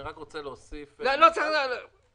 אני רק רוצה להוסיף --- לא צריך להוסיף.